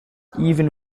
even